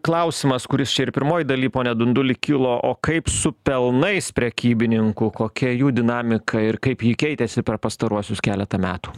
klausimas kuris čia ir pirmoj dalyj pone dunduli kilo o kaip su pelnais prekybininkų kokia jų dinamika ir kaip ji keitėsi per pastaruosius keletą metų